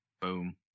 Boom